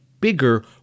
bigger